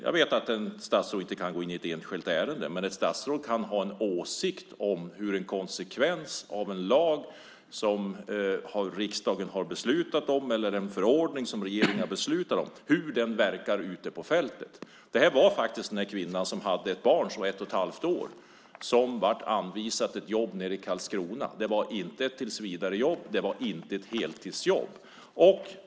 Jag vet att ett statsråd inte kan gå in i ett enskilt ärende. Men ett statsråd kan ha en åsikt om hur en lag som riksdagen har beslutat om eller en förordning som regeringen har beslutat om verkar ute på fältet. Det handlade om en kvinna i Luleå som hade ett barn som var ett och ett halvt år och blev anvisad ett jobb nere i Karlskrona. Det var inte ett tillsvidarejobb eller ett heltidsjobb.